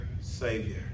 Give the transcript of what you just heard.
Savior